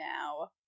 now